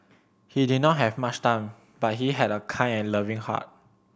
he did not have much time but he had a kind and loving heart